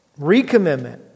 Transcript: recommitment